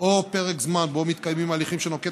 או פרק זמן שבו מתקיימים הליכים שנוקט